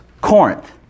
Corinth